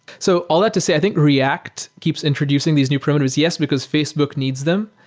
so all that to say, i think react keeps introducing these new primitives, yes, because facebook needs them,